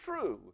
true